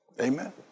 Amen